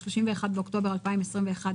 31 באוקטובר 2021,